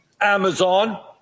Amazon